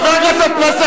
חבר הכנסת פלסנר,